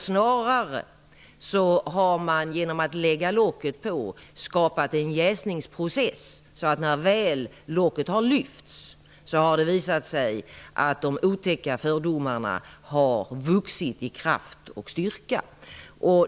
Snarare har man genom att lägga locket på skapat en jäsningsprocess. När locket väl har lyfts av har det visat sig att de otäcka fördomarna vuxit i kraft och styrka.